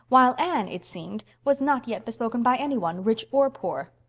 while anne, it seemed, was not yet bespoken by any one, rich or poor.